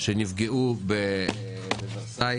שנפגעו במירון,